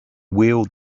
wheeled